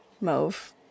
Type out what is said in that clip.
Mauve